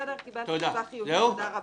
קיבלתי תשובה חיובית, תודה רבה.